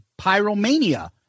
pyromania